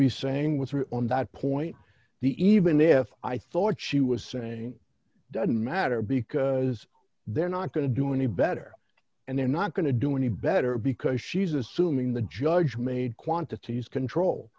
be saying with her on that point the even if i thought she was saying don't matter because they're not going to do any better and they're not going to do any better because she's assuming the judge made quantities control